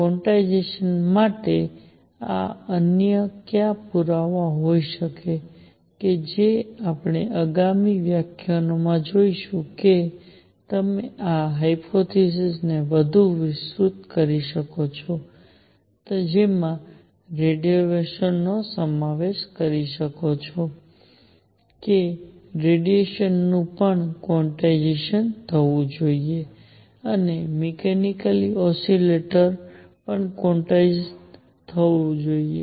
quantization માટેના અન્ય કયા પુરાવા હોઈ શકે છે જે આપણે આગામી વ્યાખ્યાનમાં જોઈશું કે તમે આ હાયપોથેસિસ ને વધુ વિસ્તૃત કરી શકો છો જેમાં રેડિયેશન નો સમાવેશ કરી શકો છો કે રેડિયેશન નું પણ ક્વોન્ટાયજ્ડ થવું જોઈએ અને મિકેનિકલ ઓસિલેટર્સનું પણ ક્વોન્ટાયજ્ડ કરવું જોઈએ